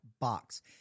box